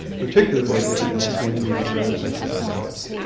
particularly at the dallas morning news and other places in dallas,